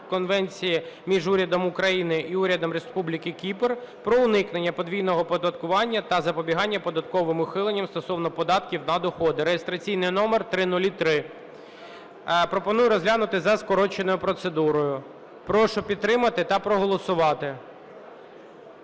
Конвенції між Урядом України і Урядом Республіки Кіпр про уникнення подвійного оподаткування та запобігання податковим ухиленням стосовно податків на доходи (реєстраційний номер 0003). Пропоную розглянути за скороченою процедурою. Прошу підтримати та проголосувати.